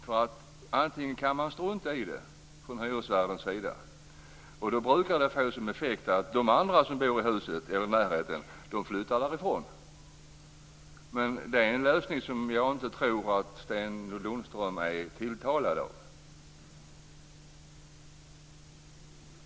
Man kan strunta i det från hyresvärdens sida. Och då brukar det få som effekt att de andra som bor i huset eller i närheten flyttar därifrån. Det är en lösning som jag inte tror att Sten Lundström är tilltalad av.